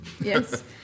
Yes